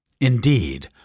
Indeed